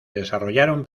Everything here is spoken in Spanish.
desarrollaron